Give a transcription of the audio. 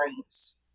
dreams